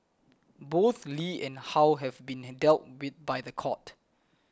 both Lee and How have been dealt with by the court